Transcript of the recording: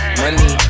money